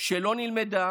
שלא נלמדה